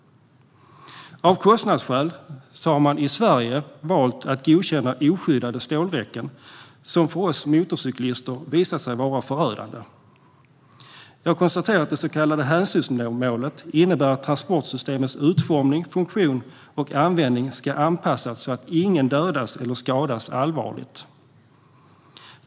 Av kostnadsskäl har man i Sverige valt att godkänna oskyddade stålräcken, som för oss motorcyklister har visat sig vara förödande. Jag konstaterar att det så kallade hänsynsmålet innebär att transportsystemets utformning, funktion och användning ska anpassas så att ingen ska dödas eller skadas allvarligt.